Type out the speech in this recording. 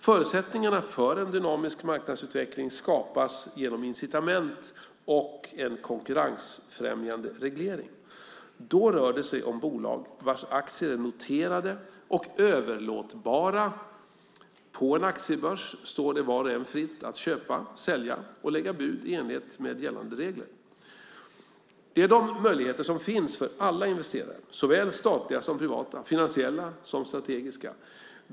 Förutsättningarna för en dynamisk marknadsutveckling skapas genom incitament och en konkurrensfrämjande reglering. Då det rör sig om bolag vars aktier är noterade och överlåtbara på en aktiebörs står det var och en fritt att köpa, sälja och lägga bud i enlighet med gällande regler. Det är de möjligheter som finns för alla investerare, såväl statliga som privata, finansiella liksom strategiska.